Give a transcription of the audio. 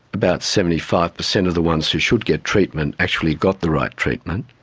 about seventy five percent of the ones who should get treatment actually got the right treatment,